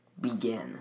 begin